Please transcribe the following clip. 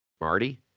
Marty